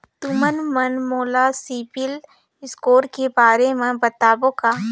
तुमन मन मोला सीबिल स्कोर के बारे म बताबो का?